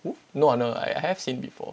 no ah no I have seen before